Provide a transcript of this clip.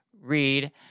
read